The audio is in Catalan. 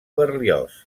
berlioz